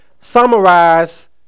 summarize